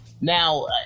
now